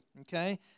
okay